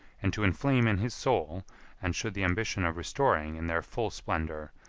and to inflame in his soul and should the ambition of restoring in their full splendor,